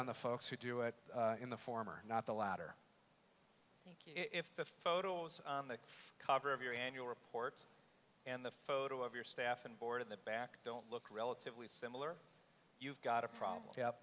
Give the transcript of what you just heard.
on the folks who do it in the form or not the latter if the photos on the cover of your annual reports and the photo of your staff and board in the back don't look relatively similar you've got a problem